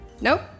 Nope